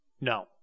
No